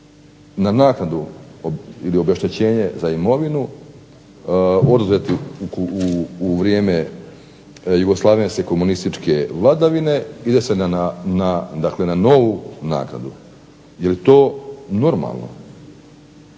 na naknadu ili obeštećenje za imovinu oduzetu u jugoslavenske komunističke vladavine i da se na novu naknadu. Jeli to normalno?